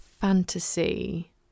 fantasy